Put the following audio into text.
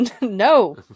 No